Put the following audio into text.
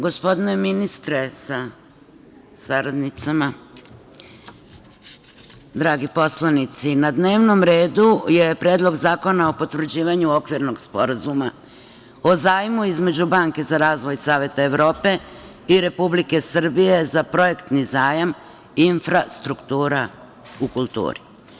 Gospodine ministre sa saradnicama, dragi poslanici, na dnevnom redu je Predlog zakona o potvrđivanju Okvirnog sporazuma o zajmu između Banke za razvoj Saveta Evrope i Republike Srbije za projektni zajam „Infrastruktura u kulturi“